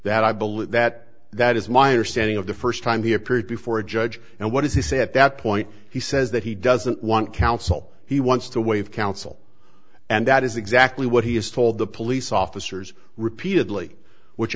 that i believe that that is my understanding of the first time he appeared before a judge and what does he say at that point he says that he doesn't want counsel he wants to waive counsel and that is exactly what he has told the police officers repeatedly which